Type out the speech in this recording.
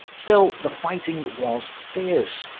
still, the fighting was fierce.